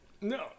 No